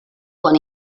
quan